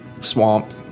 swamp